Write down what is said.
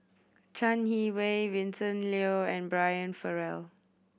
Chai Yee Wei Vincent Leow and Brian Farrell